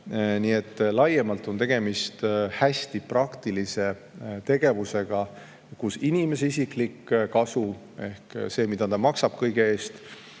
Nii et laiemalt on tegemist hästi praktilise tegevusega, kus inimese isiklik kasu – ehk see, mida ta maksab kõige eest